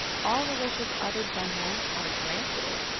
all the wishes uttered by men are granted.